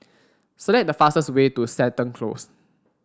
select the fastest way to Seton Close